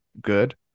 good